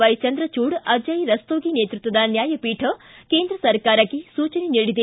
ವ್ಯೆ ಚಂದ್ರಚೂಡ್ ಅಜಯ್ ರಸ್ತೋಗಿ ನೇತೃತ್ವದ ನ್ಯಾಯಪೀಠ ಕೇಂದ್ರ ಸರ್ಕಾರಕ್ಕೆ ಸೂಚನೆ ನೀಡಿದೆ